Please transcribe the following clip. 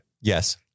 Yes